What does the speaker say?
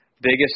biggest